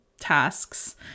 tasks